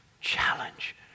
challenge